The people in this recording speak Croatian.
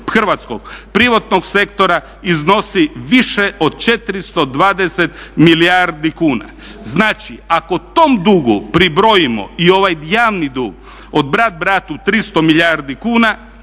hrvatskog privatnog sektora iznosi više od 420 milijardi kuna. Znači, ako tom dugu pribrojimo i ovaj javni dug od brat bratu 300 milijardi kuna